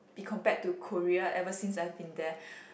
be compared to Korea ever since I've been there